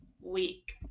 week